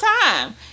time